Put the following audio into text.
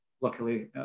luckily